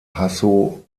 hasso